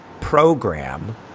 program